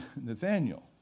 Nathaniel